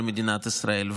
למדינת ישראל.